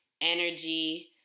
energy